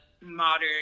modern